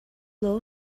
low